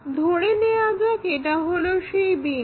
ধরে নেয়া যাক এটা হলো সেই বিন্দু